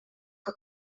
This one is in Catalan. que